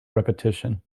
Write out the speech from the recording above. repetition